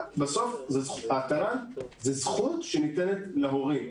התל"ן זה זכות שניתנת להורים.